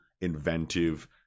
inventive